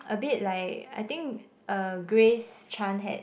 a bit like I think uh Grace-Chan had